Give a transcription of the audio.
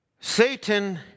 Satan